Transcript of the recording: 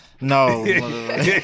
No